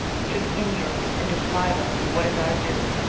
should injure us, and deprive us of what is our due,